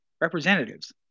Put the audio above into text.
representatives